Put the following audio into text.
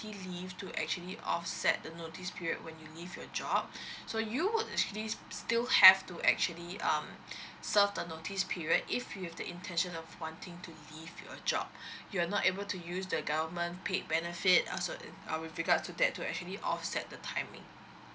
maternity leave to actually offset the notice period when you leave your job so you would actually still have to actually um serve the notice period if you have the intention of wanting to leave your job you are not able to use the government paid benefit also uh with regards to that to actually offset the timing